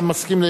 אתה מסכים?